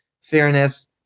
fairness